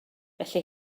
felly